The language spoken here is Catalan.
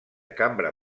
cambra